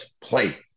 play